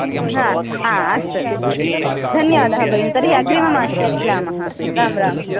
हा आ अस्तु अस्तु धन्यवादः भगिनी तर्हि अग्रिममासे मिलामः राम् राम्